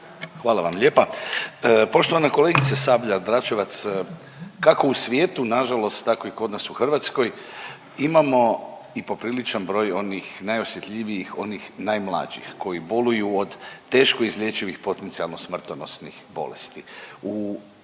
Hvala vam lijepa. Poštovana kolegice Sabljar-Dračevac, kako u svijetu na žalost tako i kod nas u Hrvatskoj imamo i popriličan broj onih najosjetljivijih, onih najmlađih koji boluju od teško izlječivih potencijalno smrtonosnih bolesti. U kojem